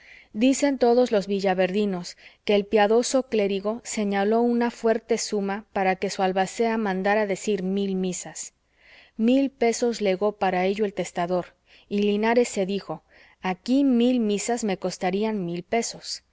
dicen todos los villaverdinos que el piadoso clérigo señaló una fuerte suma para que su albacea mandara decir mil misas mil pesos legó para ello el testador y linares se dijo aquí mil misas me costarían mil pesos